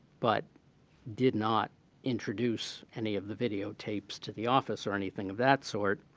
but did not introduce any of the videotapes to the office or anything of that sort.